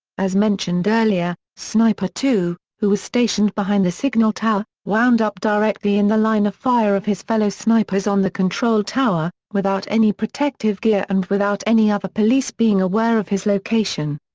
as mentioned earlier, sniper two, who was stationed behind the signal tower, wound up directly in the line of fire of his fellow snipers on the control tower, without any protective gear and without any other police being aware of his location.